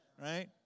Right